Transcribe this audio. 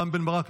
רם בן ברק,